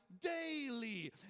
daily